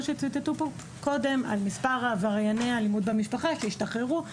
שציטטו כאן קודם מספר עברייני האלימות במשפחה שהשתחררו.